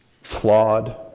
Flawed